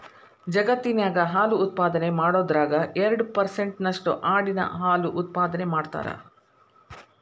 ಜಗತ್ತಿನ್ಯಾಗ ಹಾಲು ಉತ್ಪಾದನೆ ಮಾಡೋದ್ರಾಗ ಎರಡ್ ಪರ್ಸೆಂಟ್ ನಷ್ಟು ಆಡಿನ ಹಾಲು ಉತ್ಪಾದನೆ ಮಾಡ್ತಾರ